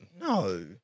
No